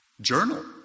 Journal